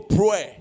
pray